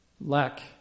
lack